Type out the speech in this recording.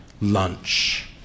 lunch